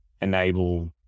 enable